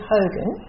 Hogan